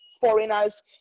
foreigners